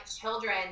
children